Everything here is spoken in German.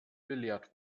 belehrt